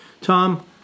Tom